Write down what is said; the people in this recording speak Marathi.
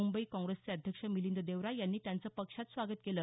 म्रंबई काँग्रेसचे अध्यक्ष मिलिंद देवरा यांनी त्यांचं पक्षात स्वागत केलं